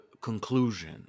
conclusion